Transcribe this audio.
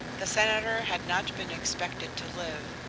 the senator had not been expected to live,